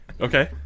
Okay